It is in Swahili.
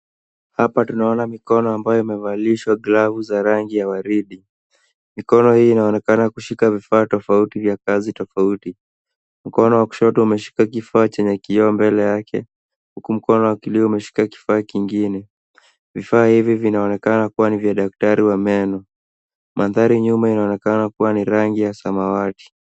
Hapa tunaona mikono ambayo imevaliswa glovu za rangi ya waridi. Mikono hii inaonekana kushika vifaa tofauti vya kazi tofauti. Mkono wa kushoto umeshika kifaa chenye kio mbele yake huku mkono wa kilio umeshika kifaa kingine. Vifaa hivi vinaonekana kuwa ni vya daktari wa meno. Mandhari nyuma inaonekana kuwa ni rangi ya samawati.